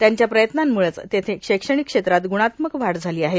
त्यांच्या प्रयत्नांम्ळेच तेथे शैक्षणिक क्षेत्रात ग्णात्मक वाढ झाली आहे